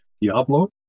Diablo